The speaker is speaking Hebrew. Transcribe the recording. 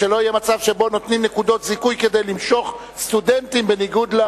שלא יהיה מצב שבו נותנים נקודות זיכוי כדי למשוך סטודנטים בניגוד,